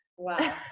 Wow